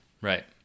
Right